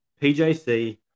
PJC